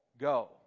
go